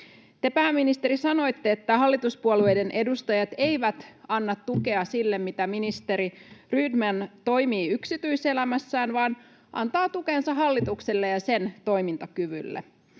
pääministeri, sanoitte, että hallituspuolueiden edustajat eivät anna tukea sille, miten ministeri Rydman toimii yksityiselämässään, vaan antavat tukensa hallitukselle ja sen toimintakyvylle.